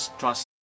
trust